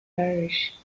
parish